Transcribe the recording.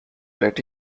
let